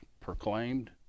proclaimed